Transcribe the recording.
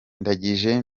ndangije